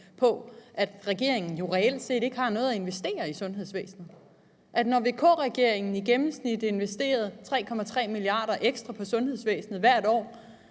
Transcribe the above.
at regeringen jo reelt set ikke har noget at investere i sundhedsvæsenet, og at når VK-regeringen i gennemsnit investerede 3,3 mia. kr. ekstra i sundhedsvæsenet hvert år,